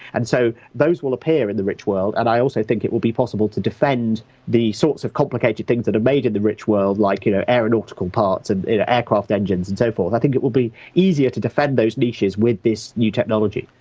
and so those will appear in the rich world and i also think it will be possible to defend the sorts of complicated things that are made in the rich world like you know aeronautical parts and aircraft engines and so forth. i think it will be easier to defend those niches with this new technology.